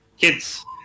kids